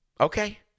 okay